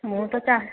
ମୁଁ ତ ଚାଷ